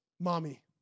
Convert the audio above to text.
mommy